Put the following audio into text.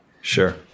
Sure